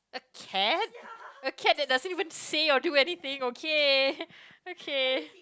cat a cat that doesn't say or do anything okay okay